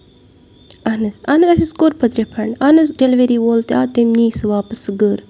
اَہن حظ اَسہِ حظ کوٚر پَتہٕ رِفنڈ اَہن حظ ڈیٚلِؤری وول تہِ آو تٔمۍ نی سۄ واپَس سۄ گٔر